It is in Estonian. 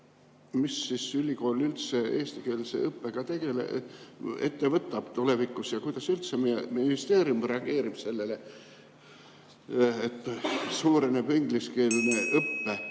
Mis siis ülikool üldse eestikeelse õppega ette võtab tulevikus ja kuidas ministeerium reageerib sellele, et suureneb ingliskeelne õpe?